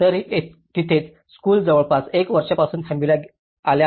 तर तिथेच स्कूल जवळपास एक वर्षापासून थांबविण्यात आल्या आहेत